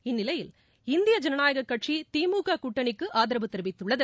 இந்நிலையில் இந்திய ஜனநாயக கட்சி திமுக கூட்டணிக்கு ஆதரவு தெரிவித்துள்ளது